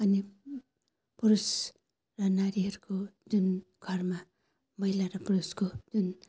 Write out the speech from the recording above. अनि पुरुष र नारीहरूको जुन घरमा महिला र पुरुषको जुन